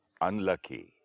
unlucky